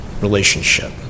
relationship